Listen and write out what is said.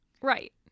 Right